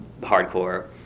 hardcore